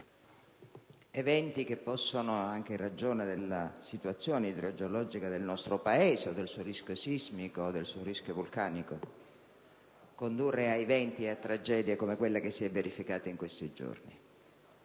eventi che possono anche, in ragione della situazione idrogeologica del nostro Paese e del suo rischio sismico e vulcanico, condurre ad eventi e tragedie come quella che si è verificata in questi giorni.